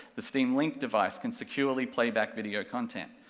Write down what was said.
the steam link device can securely playback video content.